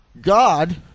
God